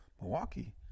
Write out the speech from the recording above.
Milwaukee